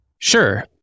Sure